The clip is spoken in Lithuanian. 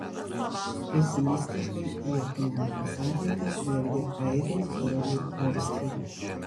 pesimistiškai į ekonomikos ateitį žvelgia airiai belgai austrai